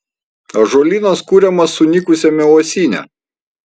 ąžuolynas kuriamas sunykusiame uosyne